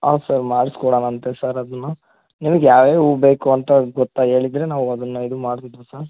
ಹಾಂ ಸರ್ ಮಾಡ್ಸಿ ಕೊಡೋಣಾಂತೆ ಸರ್ ಅದನ್ನ ನಿಮ್ಗೆ ಯಾವ್ಯಾವ ಹೂವು ಬೇಕು ಅಂತ ಗೊತ್ತಾ ಹೇಳಿದರೆ ನಾವು ಅದನ್ನ ಇದು ಮಾಡ್ತಿದ್ದೆವು ಸಾರ್